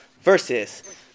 versus